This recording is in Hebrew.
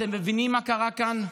אתם מבינים מה קרה כאן?